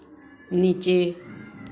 नीचे